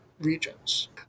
regions